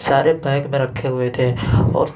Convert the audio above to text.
سارے بیگ میں رکھے ہوئے تھے اور